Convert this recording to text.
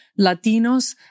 Latinos